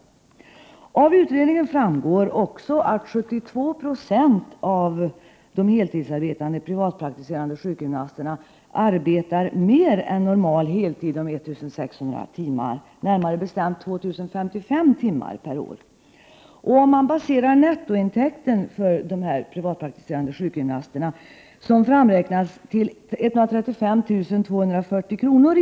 Avutredningen framgår också att 72 20 av de heltidsarbetande privatpraktiserande sjukgymnasterna arbetar mer än normal heltid om 1 600 timmar, närmare bestämt 2 055 timmar per år. Om man baserar nettointäkten för dessa privatpraktiserande sjukgymnaster, som framräknats till 135 240 kr.